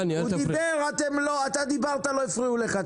אתה דיברת ולא הפריעו לך.